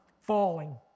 Falling